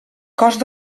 cost